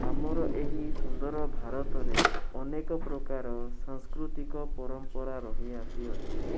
ଆମର ଏହି ସୁନ୍ଦର ଭାରତରେ ଅନେକପ୍ରକାର ସାଂସ୍କୃତିକ ପରମ୍ପରା ରହି ଆସିଅଛି